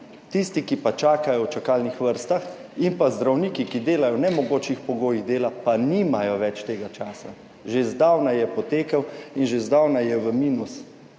Tisti, ki pa čakajo v čakalnih vrstah, in zdravniki, ki delajo v nemogočih pogojih dela, pa nimajo več tega časa. Že zdavnaj je potekel in že zdavnaj je v minusu,